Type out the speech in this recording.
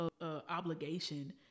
obligation